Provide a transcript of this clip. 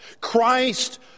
Christ